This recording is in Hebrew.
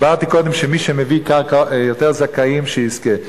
אמרתי קודם שמי שמביא יותר זכאים, שיזכה.